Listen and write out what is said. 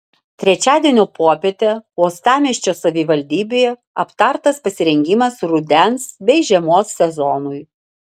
trečiadienio popietę uostamiesčio savivaldybėje aptartas pasirengimas rudens bei žiemos sezonui